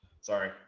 Sorry